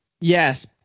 Yes